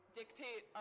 dictate